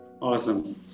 Awesome